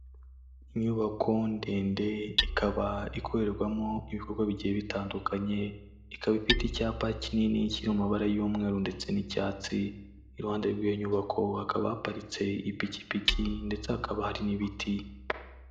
Inyubako ndende ikaba ikorerwamo ibikorwa bigiye bitandukanye, ikaba ifite icyapa kinini kiri mu mabara y'umweru ndetse n'icyatsi, iruhande rw'iyo nyubako hakaba haparitse ipikipiki ndetse hakaba hari n'ibiti.